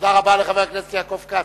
תודה רבה לחבר הכנסת יעקב כץ.